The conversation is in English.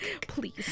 Please